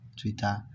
Twitter